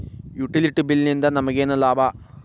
Utility bill ನಿಂದ್ ನಮಗೇನ ಲಾಭಾ?